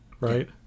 Right